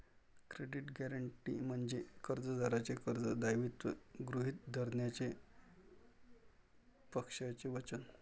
credit guarantee म्हणजे कर्जदाराचे कर्ज दायित्व गृहीत धरण्याचे पक्षाचे वचन